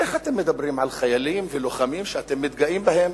איך אתם מדברים על חיילים ולוחמים שאתם מתגאים בהם,